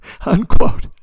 unquote